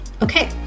Okay